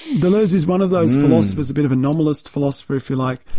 deleuze is one of those philosophers, a bit of a nominalist philosopher if you like,